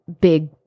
big